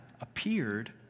appeared